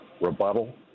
rebuttal